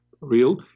real